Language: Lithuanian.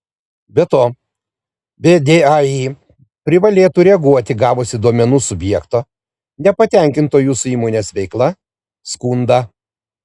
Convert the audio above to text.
be to vdai privalėtų reaguoti gavusi duomenų subjekto nepatenkinto jūsų įmonės veikla skundą